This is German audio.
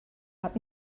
hat